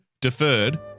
deferred